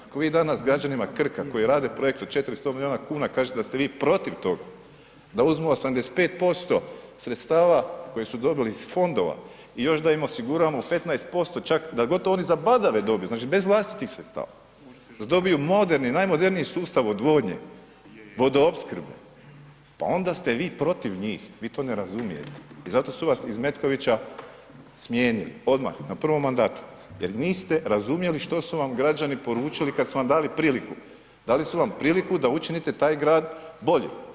Ako vi danas građanima Krka koji rade projekt od 400 miliona kuna kažete da ste vi protiv tog da uzmu 85% sredstava koje su dobili iz fondova i još da im osiguramo 15% čak da gotovo oni za badave dobiju, znači bez vlastitih sredstava, da dobiju moderni, najmoderniji sustav odvodnje, vodoopskrbe, pa onda ste vi protiv njih vi to ne razumijete i zato su vas iz Metkovića smijenili, odmah na prvom mandatu, jer niste razumjeli što su vam građani poručili kad su vam dali priliku, dali su vam priliku da učinite taj grad boljim.